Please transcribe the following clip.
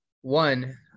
one